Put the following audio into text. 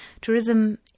Tourism